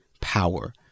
power